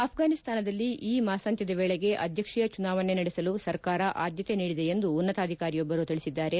ಅಫ್ರಾನಿಸ್ತಾನದಲ್ಲಿ ಈ ಮಾಸಾಂತ್ಯದ ವೇಳೆಗೆ ಅಧ್ಯಕ್ಷೀಯ ಚುನಾವಣೆ ನಡೆಸಲು ಸರ್ಕಾರ ಆದ್ಗತೆ ನೀಡಿದೆ ಎಂದು ಉನ್ನತಾಧಿಕಾರಿಯೊಬ್ಬರು ತಿಳಿಸಿದ್ದಾರೆ